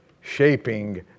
shaping